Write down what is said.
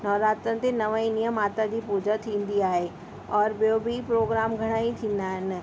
नवरात्रनि ते नव ई ॾींहं माता जी पूजा थींदी आहे औरि ॿियो बि प्रोग्राम घणेई थींदा आहिनि